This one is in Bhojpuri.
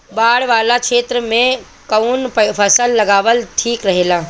बाढ़ वाला क्षेत्र में कउन फसल लगावल ठिक रहेला?